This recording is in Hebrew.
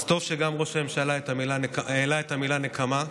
אז טוב שגם ראש הממשלה העלה את המילה "נקמה".